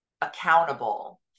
accountable